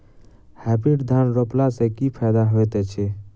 Hybrid धान रोपला सँ की फायदा होइत अछि?